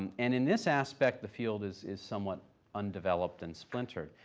and and in this aspect the field is is somewhat undeveloped and splintered.